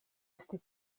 esti